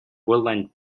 woodland